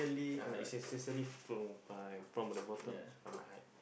ya it's sincerely true from the bottom of my heart